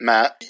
Matt